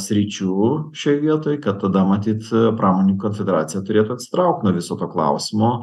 sričių šioj vietoj kad tada matyt pramonininkų koncentracija turėtų atsitraukt nuo viso to klausimo